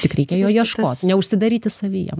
tik reikia jo ieškot neužsidaryti savyje